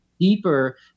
deeper